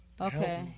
Okay